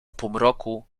półmroku